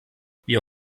wir